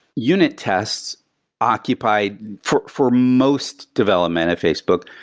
unit tests occupied for for most development of facebook,